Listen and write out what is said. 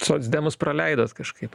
socdemus praleidot kažkaip